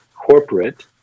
corporate